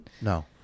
No